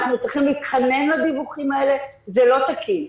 אנחנו צריכים להתחנן לדיווחים האלה, זה לא תקין.